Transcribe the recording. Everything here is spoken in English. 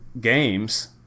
games